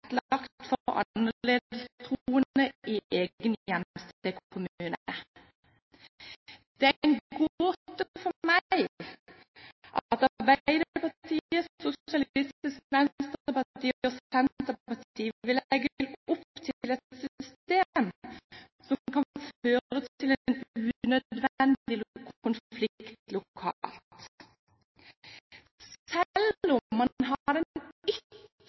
i egen hjemstedskommune. Det er en gåte for meg at Arbeiderpartiet, Sosialistisk Venstreparti og Senterpartiet vil legge opp til et system som kan føre til en unødvendig konflikt lokalt. Selv om man har den